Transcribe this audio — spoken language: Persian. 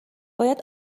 باید